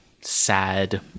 sad